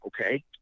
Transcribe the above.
okay